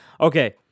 Okay